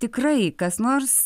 tikrai kas nors